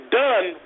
done